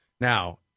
Now